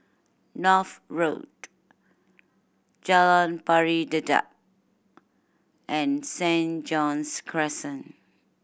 North Road Jalan Pari Dedap and Saint John's Crescent